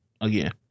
again